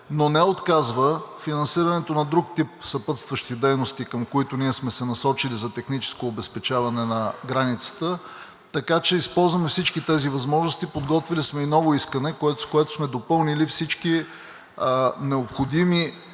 но не отказва финансирането на друг тип съпътстващи дейности, към които ние сме се насочили, за техническо обезпечаване на границата. Така че използваме всички тези възможности. Подготвили сме и ново искане, с което сме допълнили всички необходими